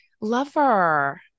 Lover